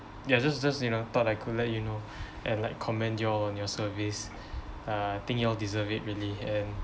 ya just just you know thought I could let you know and like commend you all on your service uh think you all deserve it really and